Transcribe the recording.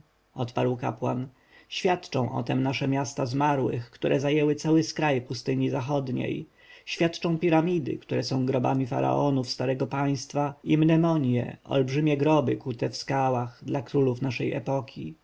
odparł kapłan świadczą o tem nasze miasta zmarłych które zajęły cały skraj pustyni zachodniej świadczą piramidy które są grobami faraonów starego państwa i mnemonje olbrzymie groby kute w skałach dla królów naszej epoki